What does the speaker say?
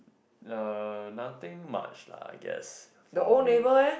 uh nothing much lah I guess for me